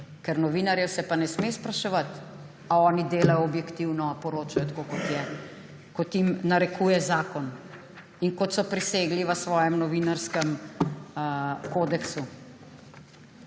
ker novinarjev se pa ne sme spraševati, ali oni delajo objektivno, ali poročajo tako, kot je, kot jim narekuje zakon in kot so prisegli v svojem novinarskem kodeksu.